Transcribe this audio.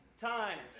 times